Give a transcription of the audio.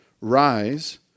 rise